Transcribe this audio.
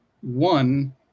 one